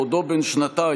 בעודו בן שנתיים,